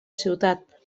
ciutat